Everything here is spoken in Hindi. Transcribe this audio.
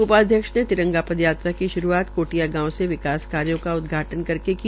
उपाध्यक्ष ने तिरंगा पदयात्रा की शुरूआत कोटिया गांव से विकास कार्यो का उदघाटन करके की